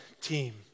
team